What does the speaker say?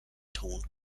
tone